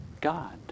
God